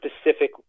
specific